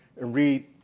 and read